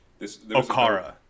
Okara